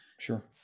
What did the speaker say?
Sure